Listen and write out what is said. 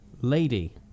Lady